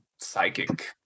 psychic